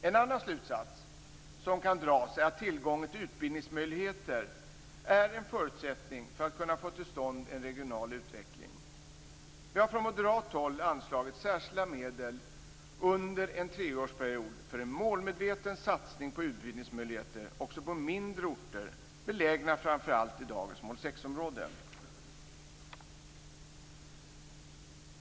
En annan slutsats som kan dras är att tillgång till utbildningsmöjligheter är en förutsättning för att kunna få till stånd en regional utveckling. Vi har från moderat håll anslagit särskilda medel under en treårsperiod för en målmedveten satsning på utbildningsmöjligheter också på mindre orter belägna framför allt i dagens mål 6-område.